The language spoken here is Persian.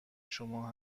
شما